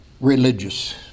religious